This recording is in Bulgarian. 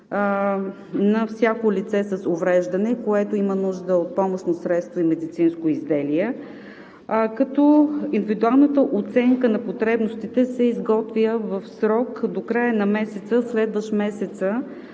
на всяко лице с увреждане, което има нужда от помощни средства и медицинско изделие, като индивидуалната оценка на потребностите се изготвя в срок до края на месеца, следващ месеца